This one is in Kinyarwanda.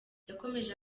yakomeje